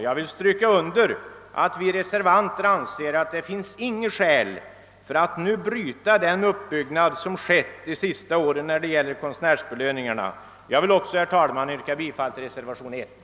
Jag vill stryka under att vi reservanter anser att det inte finns något skäl att nu bryta den uppbyggnad som skett de sista åren i fråga om konstnärsbelöningarna. Jag vill alltså, herr talman, yrka bifall till reservationen 1.